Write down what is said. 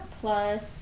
plus